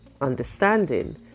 understanding